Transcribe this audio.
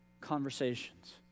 conversations